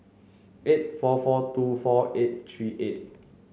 eight four four two four eight three eight